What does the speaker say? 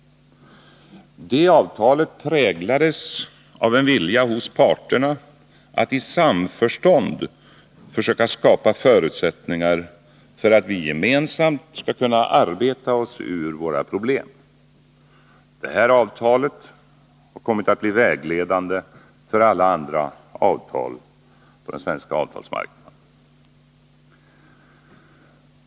Det avtalet präglades av en vilja hos parterna att i samförstånd försöka skapa förutsättningar för att vi gemensamt skall kunna arbeta oss ur våra problem. Detta avtal har kommit att bli vägledande för alla andra avtal på den svenska arbetsmarknaden.